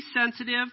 sensitive